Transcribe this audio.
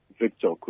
Victor